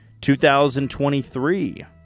2023